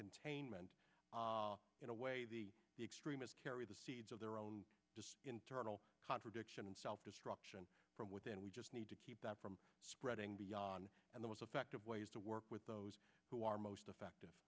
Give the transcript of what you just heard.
containment in a way the extremists carry the seeds of their own internal contradictions self destruction from within we just need to keep that from spreading beyond and the most effective ways to work with those who are most effective